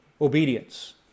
obedience